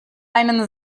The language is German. einen